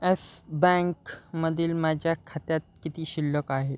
S बँखमधील माझ्या खात्यात किती शिल्लक आहे